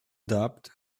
dubbed